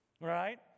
right